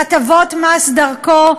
והטבות המס דרכו,